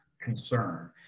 concern